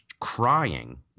crying